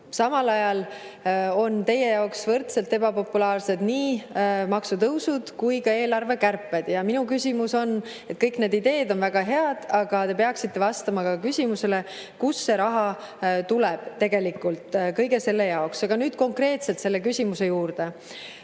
Samal ajal on teie jaoks võrdselt ebapopulaarsed nii maksutõusud kui ka eelarvekärped. Kõik need ideed on väga head, aga te peaksite vastama ka küsimusele, kust see raha kõige selle jaoks tegelikult tuleb. Aga nüüd konkreetselt selle küsimuse juurde.